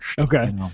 Okay